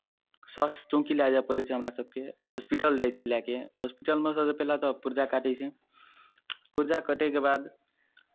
स्वास्थ्य चौकी लए जाए पड़ै छै हमरा सभके हॉस्पिटल जाइत छियै लए कऽ हॉस्पिटलमे सभसँ पहिले तऽ पुरजा काटै छै पुरजा कटैके बाद